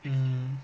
mm